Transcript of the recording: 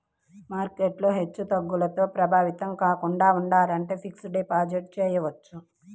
market హెచ్చుతగ్గులతో ప్రభావితం కాకుండా ఉండాలంటే ఫిక్స్డ్ డిపాజిట్ చెయ్యొచ్చు